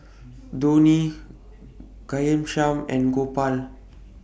Dhoni Ghanshyam and Gopal